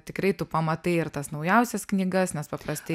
tikrai tu pamatai ir tas naujausias knygas nes paprastai